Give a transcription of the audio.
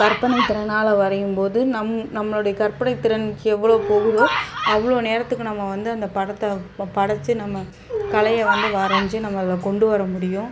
கற்பனைத்திறனால் வரையும் போது நம் நம்மளுடைய கற்பனைத்திறன் எவ்வளோ போகுதோ அவ்வளோ நேரத்துக்கு நம்ம வந்து அந்த படத்தை நம்ம படைச்சி நம்ம கலையை வந்து வரைஞ்சு நம்ம அதில் கொண்டு வர முடியும்